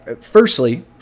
Firstly